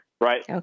right